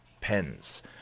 Pens